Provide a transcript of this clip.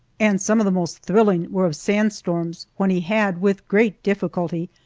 and some of the most thrilling were of sand storms, when he had, with great difficulty,